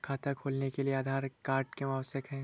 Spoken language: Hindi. खाता खोलने के लिए आधार क्यो आवश्यक है?